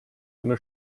eine